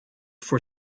for